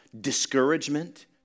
discouragement